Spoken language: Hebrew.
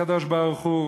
הקדוש-ברוך-הוא